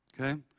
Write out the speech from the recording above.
Okay